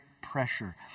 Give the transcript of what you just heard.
pressure